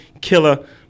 Killer